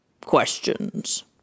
questions